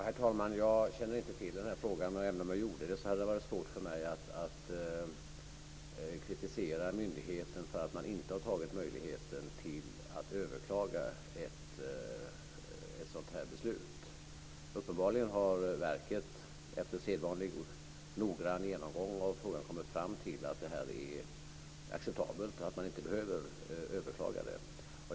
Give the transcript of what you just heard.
Herr talman! Jag känner inte till den här frågan. Även om jag gjorde det hade det varit svårt för mig att kritisera myndigheten för att man inte har tagit möjligheten att överklaga ett sådant här beslut. Uppenbarligen har verket, efter sedvanlig och noggrann genomgång av frågan, kommit fram till att detta är acceptabelt och att man inte behöver överklaga.